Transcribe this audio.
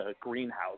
greenhouse